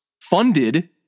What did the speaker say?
funded